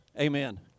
amen